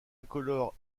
incolores